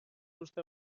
uste